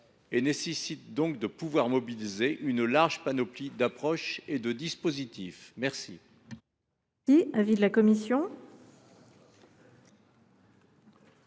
et nécessite de pouvoir mobiliser une large panoplie d’approches et de dispositifs. Quel